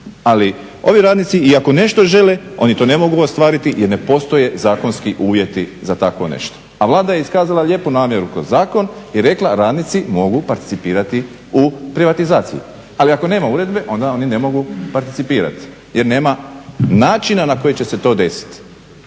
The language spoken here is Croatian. Ali ovi radnici i ako nešto žele oni to ne mogu ostvariti jer ne postoje zakonski uvjeti za takvo nešto, a Vlada je iskazala lijepu namjeru kroz zakon i rekla radnici mogu participirati u privatizaciji. Ali ako nema uredbe onda oni ne mogu participirati jer nema načina na koji će se to desiti.